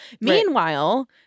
meanwhile